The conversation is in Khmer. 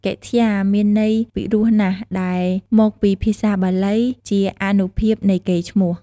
កិត្យា មានន័យពិរោះណាស់ដែលមកពីភាសាបាលី ជាអានុភាពនៃកេរ្តិ៍ឈ្មោះ។